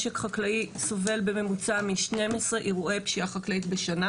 משק חקלאי סובל בממוצע מ-12 אירועי פשיעה חקלאית בשנה.